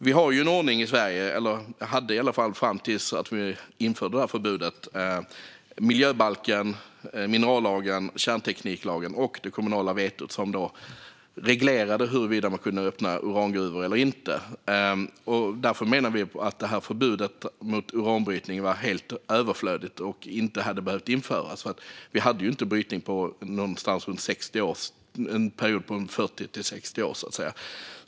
Fram tills att vi införde förbudet hade vi en ordning i Sverige med miljöbalken, minerallagen, kärntekniklagen och det kommunala vetot, som reglerade huruvida man kunde öppna urangruvor eller inte. Därför menar vi att förbudet mot uranbrytning var helt överflödigt och inte hade behövt införas. Vi hade ju inte brytning under en period på 40-60 år, så att säga.